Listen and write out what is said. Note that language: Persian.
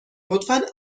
لطفا